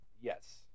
Yes